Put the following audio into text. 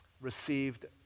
received